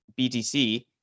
BTC